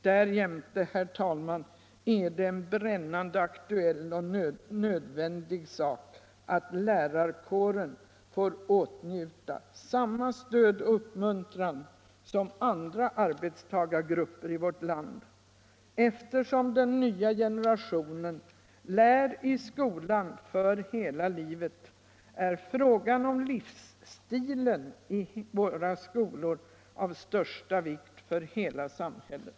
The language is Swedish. Därjämte, herr talman, är det en brännande aktuell nödvändighet att lärarkåren får åtnjuta samma stöd och uppmuntran som andra arbetstagargrupper i vårt land. Eftersom den nya generationen lär i skolan för hela livet, är frågan om livsstilen i våra skolor av största vikt för hela samhället.